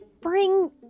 bring